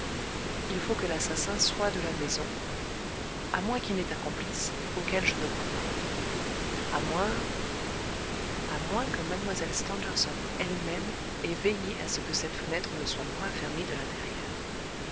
il faut que l'assassin soit de la maison à moins qu'il n'ait un complice auquel je ne crois pas à moins à moins que mlle stangerson elle-même ait veillé à ce que cette fenêtre ne soit point fermée de l'intérieur